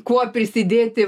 kuo prisidėti